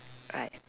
right